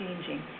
changing